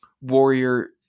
warrior